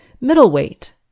Middleweight